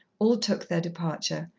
all took their departure,